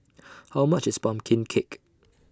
How much IS Pumpkin Cake